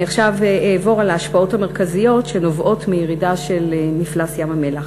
אני עכשיו אעבור על ההשפעות המרכזיות של הירידה של מפלס ים-המלח.